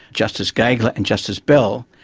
justice gageler and justice bell,